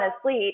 asleep